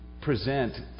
present